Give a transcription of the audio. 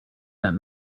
that